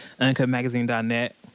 UncutMagazine.net